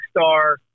star